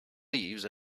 leaves